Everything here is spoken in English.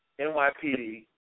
NYPD